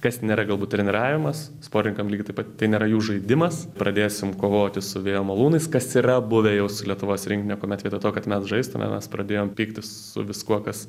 kas nėra galbūt treniravimas sportininkam lygiai taip pat tai nėra jų žaidimas pradėsim kovoti su vėjo malūnais kas yra buvę jau su lietuvos rinktine kuomet vietoj to kad mes žaistume mes pradėjom pyktis su viskuo kas